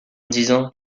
disant